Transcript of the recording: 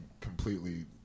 completely